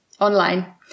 online